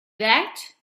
that